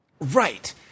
Right